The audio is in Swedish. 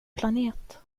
planet